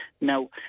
Now